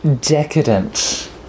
decadent